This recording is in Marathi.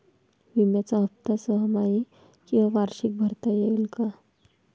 विम्याचा हफ्ता सहामाही किंवा वार्षिक भरता येईल का?